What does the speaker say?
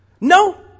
No